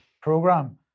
program